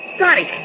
Scotty